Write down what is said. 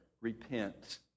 repent